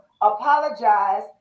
apologize